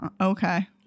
Okay